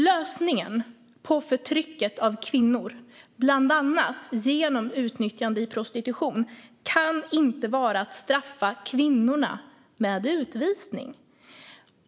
Lösningen på förtrycket av kvinnor bland annat genom utnyttjande i prostitution kan inte vara att straffa kvinnorna med utvisning.